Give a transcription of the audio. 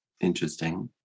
Interesting